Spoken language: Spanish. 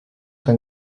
tan